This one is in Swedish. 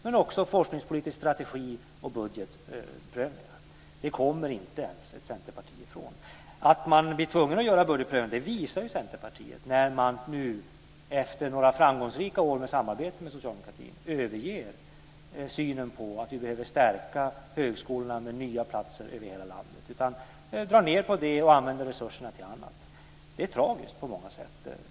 Dels handlar det om forskningspolitisk strategi och budgetprövningar. Det kommer inte Centerpartiet ifrån. Att man blir tvungen att göra budgetprövningar visar ju Centerpartiet när man nu, efter några framgångsrika år med samarbete med socialdemokratin, överger synen på att vi behöver stärka högskolorna med nya platser över hela landet. I stället drar man ned på det och använder resurserna till annat. Det är tragiskt på många sätt.